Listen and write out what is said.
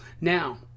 Now